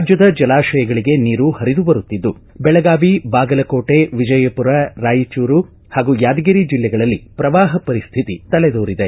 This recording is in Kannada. ರಾಜ್ಯದ ಜಲಾಶಯಗಳಿಗೆ ನೀರು ಹರಿದು ಬರುತ್ತಿದ್ದು ಬೆಳಗಾವಿ ಬಾಗಲಕೋಟೆ ವಿಜಯಪುರ ರಾಯಚೂರು ಹಾಗೂ ಯಾದಗಿರಿ ಜಿಲ್ಲೆಗಳಲ್ಲಿ ಶ್ರವಾಹ ಪರಿಸ್ಥಿತಿ ತಲೆದೋರಿದೆ